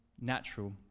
natural